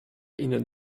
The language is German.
ihnen